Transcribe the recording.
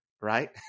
right